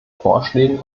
vorschlägen